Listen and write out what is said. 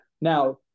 now